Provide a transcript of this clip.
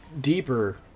deeper